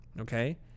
Okay